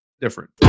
different